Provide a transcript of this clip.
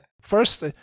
First